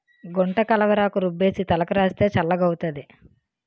గుంటకలవరాకు రుబ్బేసి తలకు రాస్తే చల్లగౌతాది